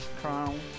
crown